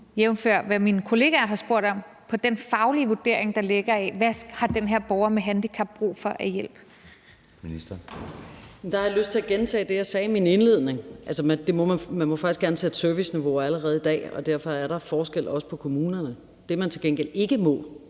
lyst til at gentage det, jeg sagde i min indledning, om, at man faktisk gerne må sætte serviceniveauer allerede i dag, og derfor er der forskel, også på kommunerne. Det, man til gengæld ikke må,